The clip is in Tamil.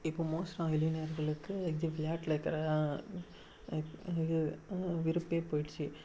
இப்போது மோஸ்ட்டாக இளைஞர்களுக்கு இந்த விளையாட்டில் இது விருப்பே போயிடுச்சு